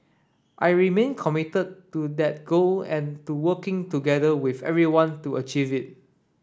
I remain committed to that goal and to working together with everyone to achieve it